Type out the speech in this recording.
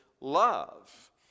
love